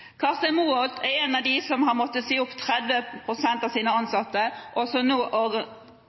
er en av dem som har måttet si opp 30 pst. av sine ansatte, og som nå orienterer seg mot nye markeder og